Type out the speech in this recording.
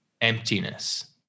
emptiness